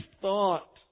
thought